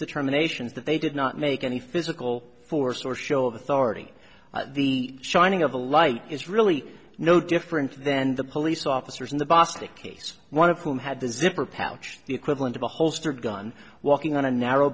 determinations that they did not make any physical force or show of authority the shining of the light is really no different then the police officers in the bostic case one of whom had the zipper pouch the equivalent of a holster gun walking on a narrow